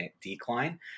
decline